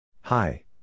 Hi